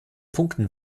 punkten